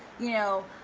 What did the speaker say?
you know,